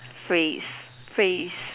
phrase phrase